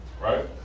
right